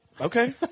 Okay